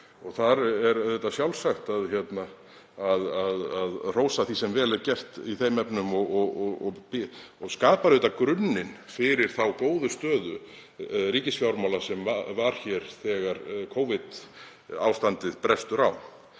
Það er auðvitað sjálfsagt að hrósa því sem vel er gert í þeim efnum og skapar grunninn fyrir þá góðu stöðu ríkisfjármála sem var hér þegar Covid-ástandið brast á.